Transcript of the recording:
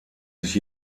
sich